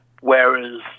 Whereas